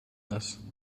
this